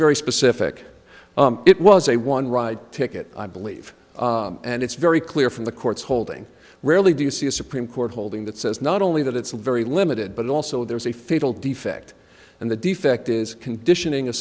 very specific it was a one ride ticket i believe and it's very clear from the court's holding really do you see a supreme court holding that says not only that it's a very limited but also there's a fatal defect and the defect is conditioning a